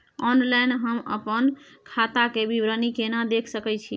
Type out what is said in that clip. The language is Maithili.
ऑनलाइन हम अपन खाता के विवरणी केना देख सकै छी?